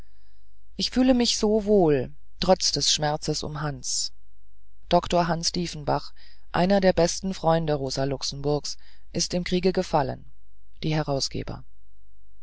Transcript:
ich fühle mich so wohl trotz des schmerzes um hans dr hans dieffenbach einer der besten freunde r l ist im kriege gefallen die herausgeber